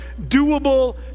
doable